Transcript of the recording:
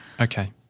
Okay